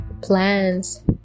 plans